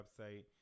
website